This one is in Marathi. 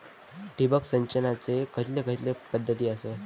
ठिबक सिंचनाचे खैयचे खैयचे पध्दती आसत?